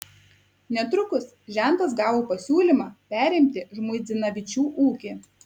netrukus žentas gavo pasiūlymą perimti žmuidzinavičių ūkį